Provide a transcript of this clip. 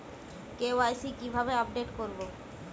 KYC কিভাবে update করব?